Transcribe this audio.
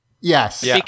Yes